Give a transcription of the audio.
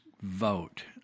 vote